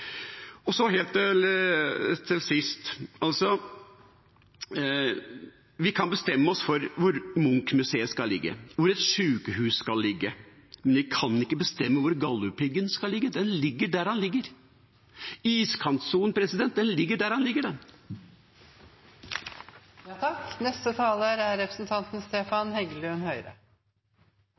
Helt til sist: Vi kan bestemme oss for hvor Munchmuseet skal ligge, hvor et sykehus skal ligge, men vi kan ikke bestemme hvor Galdhøpiggen skal ligge. Den ligger der den ligger. Iskantsonen ligger der den ligger. Bare kort til representanten Nævra: Jeg må bare si at ressurskartlegging ikke er